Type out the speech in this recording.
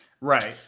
Right